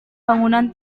bangunan